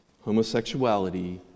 homosexuality